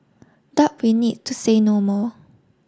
doubt we need to say no more